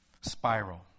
spiral